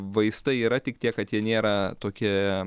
vaistai yra tik tiek kad jie nėra tokie